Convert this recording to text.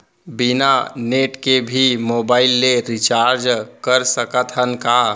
बिना नेट के भी मोबाइल ले रिचार्ज कर सकत हन का?